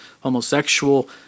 homosexual